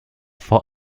for